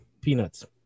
Peanuts